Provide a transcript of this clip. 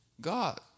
God